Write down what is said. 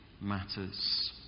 matters